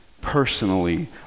personally